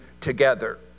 together